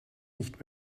nicht